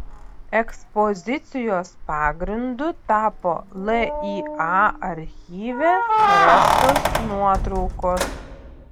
ekspozicijos pagrindu tapo lya archyve rastos nuotraukos